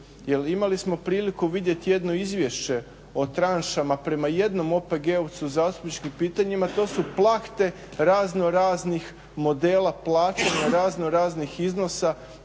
imali smo priliku vidjeti jedno izvješće o tranšama prema jednom OPG-ovcu u zastupničkim pitanjima, to su plahte raznoraznih modela plaćanja, raznoraznih iznosa.